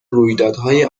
رویدادهای